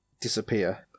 disappear